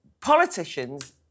politicians